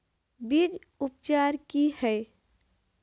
बीज उपचार कि हैय?